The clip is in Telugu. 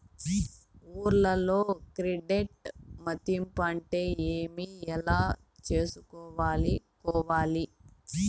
ఊర్లలో క్రెడిట్ మధింపు అంటే ఏమి? ఎలా చేసుకోవాలి కోవాలి?